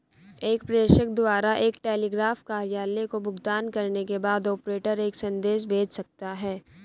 एक प्रेषक द्वारा एक टेलीग्राफ कार्यालय को भुगतान करने के बाद, ऑपरेटर एक संदेश भेज सकता है